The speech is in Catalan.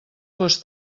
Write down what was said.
fos